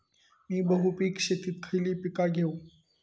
मी बहुपिक शेतीत खयली पीका घेव?